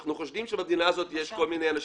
אנחנו חושדים שבמדינה הזאת יש כל מיני אנשים.